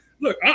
Look